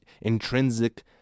intrinsic